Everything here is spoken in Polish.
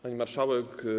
Pani Marszałek!